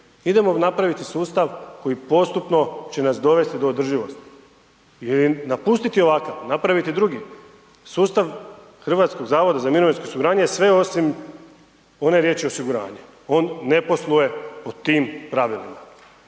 Idemo napraviti sustav koji postupno će nas dovesti do održivosti i napustiti ovakav, napraviti drugi. Sustav Hrvatskog zavoda za mirovinsko osiguranje je sve osim one riječi osiguranje. On ne posluje po tim pravilima,